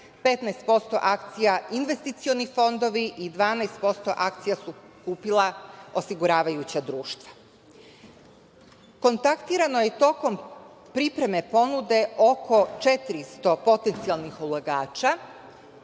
15% akcija investicioni fondovi i 12% akcija su kupila osiguravajuća društva. Kontaktirano je tokom pripreme ponude oko 400 potencijalnih ulagača